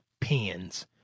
pins